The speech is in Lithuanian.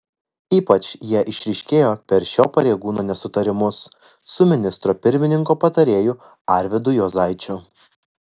ypač jie išryškėjo per šio pareigūno nesutarimus su ministro pirmininko patarėju arvydu juozaičiu